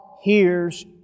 hears